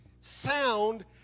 Sound